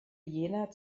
jener